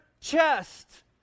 chest